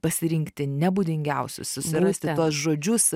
pasirinkti ne būdingiausius susirasti tuos žodžius